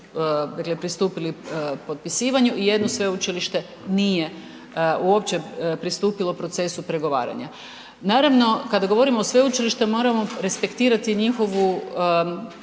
pristupili potpisivanju i jedno sveučilište nije uopće pristupilo procesu pregovaranja. Naravno, kada govorimo sveučilište, moramo respektirati njihovu